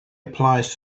applies